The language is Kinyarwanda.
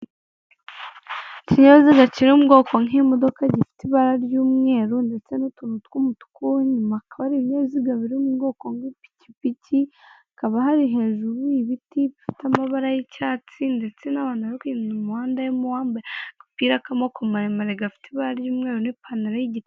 Ikinyabiziga kiri mu bwoko bw'imodoka gifite ibara ry'umweru, ndetse n'utuntu tw'umutuku, inyuma hakaba hari ubundi inyabiziga biri mu bwoko bw' ipikipiki, hakaba hari hejuru ibiti bifite amabara y'icyatsi, ndetse n'abantu bari kwinyurira mu muhanda, harimo uwambaye agapira k'amaboko maremare gafite ibara ry'umweru n'ipantaro.